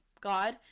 God